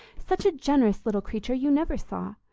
such a generous little creature you never saw!